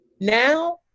now